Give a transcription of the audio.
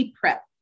prep